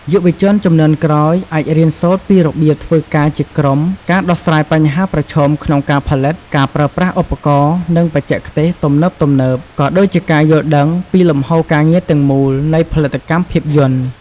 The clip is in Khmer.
យុវជនជំនាន់ក្រោយអាចរៀនសូត្រពីរបៀបធ្វើការជាក្រុម ការដោះស្រាយបញ្ហាប្រឈមក្នុងការផលិត ការប្រើប្រាស់ឧបករណ៍ និងបច្ចេកទេសទំនើបៗ ក៏ដូចជាការយល់ដឹងពីលំហូរការងារទាំងមូលនៃផលិតកម្មភាពយន្ត។